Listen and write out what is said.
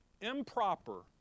improper